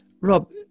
Rob